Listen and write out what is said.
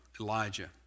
Elijah